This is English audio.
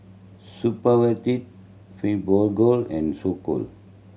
Supravit Fibogel and Isocal